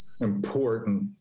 important